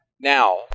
Now